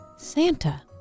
Santa